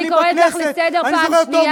אני קוראת אותך לסדר פעם שנייה.